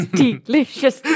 delicious